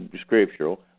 scriptural